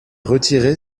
retiré